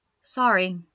sorry